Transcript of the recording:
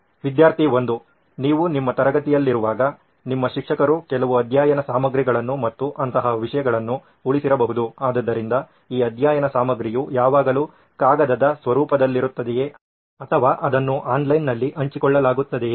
ವಿದ್ಯಾರ್ಥಿ 1 ನೀವು ನಿಮ್ಮ ತರಗತಿಯಲ್ಲಿರುವಾಗ ನಿಮ್ಮ ಶಿಕ್ಷಕರು ಕೆಲವು ಅಧ್ಯಯನ ಸಾಮಗ್ರಿಗಳನ್ನು ಮತ್ತು ಅಂತಹ ವಿಷಯಗಳನ್ನು ಉಳಿಸಿರಬಹುದು ಆದ್ದರಿಂದ ಈ ಅಧ್ಯಯನ ಸಾಮಗ್ರಿಯು ಯಾವಾಗಲೂ ಕಾಗದದ ಸ್ವರೂಪದಲ್ಲಿರುತ್ತದೆಯೇ ಅಥವಾ ಅದನ್ನು ಆನ್ಲೈನ್ನಲ್ಲಿ ಹಂಚಿಕೊಳ್ಳಲಾಗಿದೆಯೇ